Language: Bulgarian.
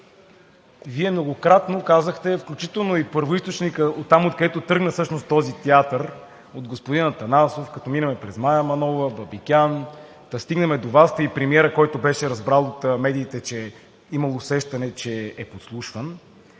Вие многократно казахте, включително и първоизточникът – оттам, откъдето всъщност тръгна този театър, от господин Атанасов, като минем през Мая Манолова, Бабикян, та стигнем до Вас, та и премиерът, който беше разбрал от медиите, че е имал усещане, че е подслушван.